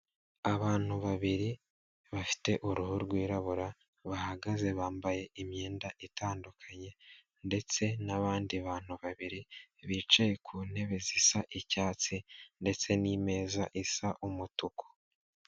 Abantu babiri bafite uruhu rwirabura bahagaze bambaye imyenda itandukanye, ndetse n'abandi bantu babiri bicaye ku ntebe zisa icyatsi, ndetse n'imeza isa umutuku.